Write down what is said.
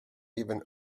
even